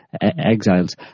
exiles